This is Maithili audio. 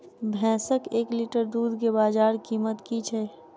भैंसक एक लीटर दुध केँ बजार कीमत की छै?